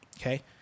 okay